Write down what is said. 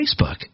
Facebook